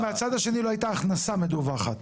שמהצד השני לא הייתה הכנסה מדווחת.